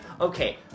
okay